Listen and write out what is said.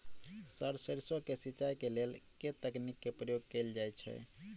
Sir सैरसो केँ सिचाई केँ लेल केँ तकनीक केँ प्रयोग कैल जाएँ छैय?